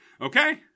Okay